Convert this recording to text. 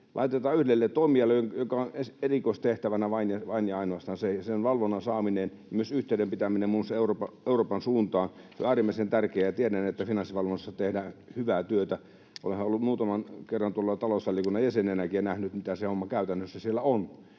laitetaan yhdelle toimijalle, jonka erikoistehtävänä se vain ja ainoastaan on. Sen valvonnan saaminen ja myös yhteyden pitäminen muun muassa Euroopan suuntaan on äärimmäisen tärkeää. Tiedän, että Finanssivalvonnassa tehdään hyvää työtä. Olenhan ollut muutaman kerran talousvaliokunnan jäsenenäkin ja nähnyt, mitä se homma käytännössä siellä on.